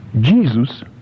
Jesus